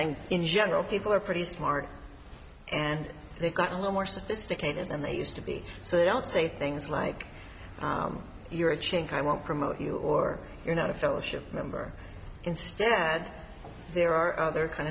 think in general people are pretty smart and they got a lot more sophisticated than they used to be so they don't say things like you're a chink i won't promote you or you're not a fellowship member instead there are other kind